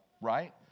Right